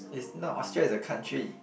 it's not Austria is a country